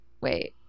Wait